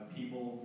people